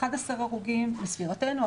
11 הרוגים לספירתנו,